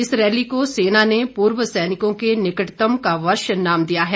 इस रैली को सेना ने पूर्व सैनिकों के निकटतम का वर्ष नाम दिया है